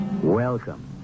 Welcome